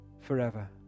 forever